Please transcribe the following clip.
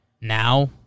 Now